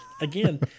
again